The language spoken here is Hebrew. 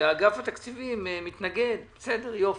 גף התקציבים מתנגד, בסדר, יופי.